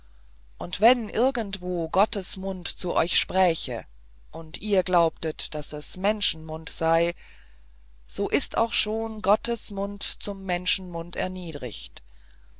und wenn irgendwo gottes mund zu euch spräche und ihr glaubtet daß es menschenmund sei so ist auch schon gottes mund zum menschenmund erniedrigt